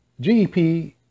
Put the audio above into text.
GEP